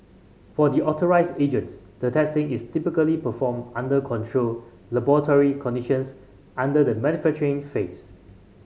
for the authorised agents the testing is typically performed under controlled laboratory conditions under the manufacturing phase